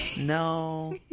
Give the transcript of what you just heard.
no